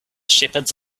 shepherds